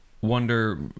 wonder